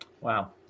Wow